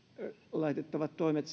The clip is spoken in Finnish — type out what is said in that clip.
laitettavat toimet